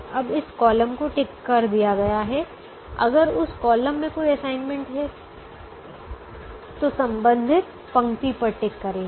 अब इस कॉलम को टिक कर दिया गया है अगर उस कॉलम में कोई असाइनमेंट है तो संबंधित पंक्ति पर टिक करेंगे